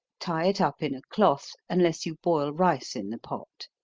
tie it up in a cloth, unless you boil rice in the pot.